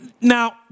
now